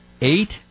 eight